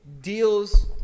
deals